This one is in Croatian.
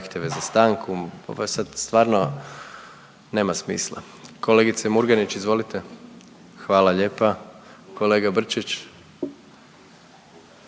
Hvala lijepa. Kolega Brčić.